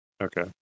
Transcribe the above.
Okay